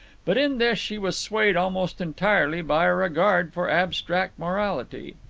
but in this she was swayed almost entirely by a regard for abstract morality.